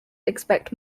expect